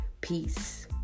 Peace